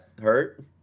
hurt